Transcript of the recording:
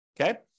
Okay